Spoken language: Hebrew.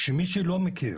שמי שלא מכיר